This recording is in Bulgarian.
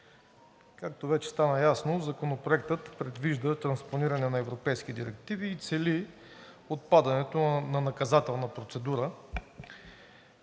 Както вече стана ясно, Законопроектът предвижда транспониране на европейски директиви и цели отпадането на наказателна процедура.